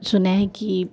सुना है कि